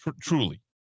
truly